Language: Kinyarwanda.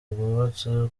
rwubatse